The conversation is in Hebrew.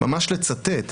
ממש לצטט.